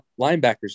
linebackers